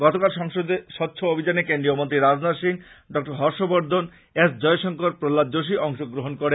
গতকাল সংসদে স্বচ্ছ অভিযানে কেন্দ্রীয় মন্ত্রী রাজনাথ সিং ড হর্ষবর্ধন এস জয়শংকর প্রহ্মাদ যোশী অংশ গ্রহন করেন